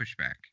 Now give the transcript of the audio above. pushback